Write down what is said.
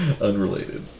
Unrelated